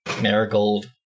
Marigold